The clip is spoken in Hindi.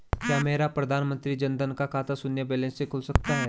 क्या मेरा प्रधानमंत्री जन धन का खाता शून्य बैलेंस से खुल सकता है?